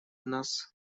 нас